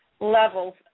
levels